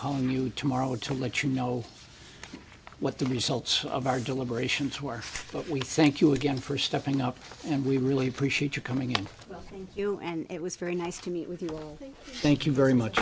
calling you tomorrow to let you know what the results of our deliberations were but we thank you again for stepping up and we really appreciate you coming in you know and it was very nice to meet with you thank you very much